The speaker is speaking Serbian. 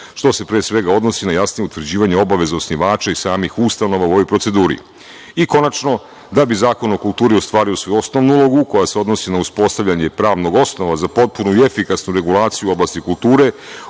što se, pre svega, odnosi na jasnija utvrđivanja obaveza osnivača i samih ustanova u ovoj proceduri. Konačno, da bi Zakon o kulturi ostvario svoju osnovnu ulogu, koja se odnosi na uspostavljanje pravnog osnova za potpunu i efikasnu regulaciju u oblasti kulture,